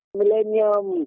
millennium